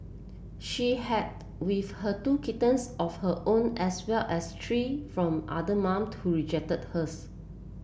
she had with her two kittens of her own as well as three from another mum who rejected hers